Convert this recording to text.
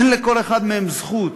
אין לכל אחד מהם זכות